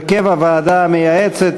הרכב הוועדה המייעצת),